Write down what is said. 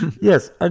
Yes